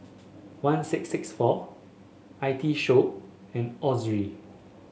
one six six four I T Show and Ozi